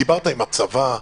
דיברת עם הצבא?